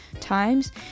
times